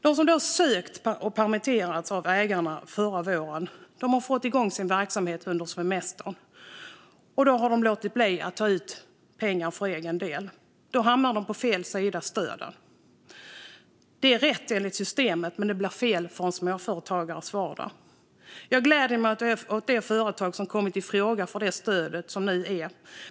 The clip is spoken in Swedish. De som då sökt stöd och permitterats av ägarna förra våren har fått igång sin verksamhet under semestern, och de har då låtit bli att ta ut pengar för egen del. Då hamnar de på fel sida av stöden. Det är rätt enligt systemet, men det blir fel i en småföretagares vardag. Jag gläder mig åt de företag som kommit i fråga för det stöd som nu är.